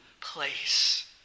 place